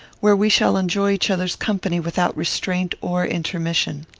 where we shall enjoy each other's company without restraint or intermission.